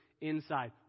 inside